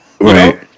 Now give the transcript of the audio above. Right